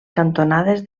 cantonades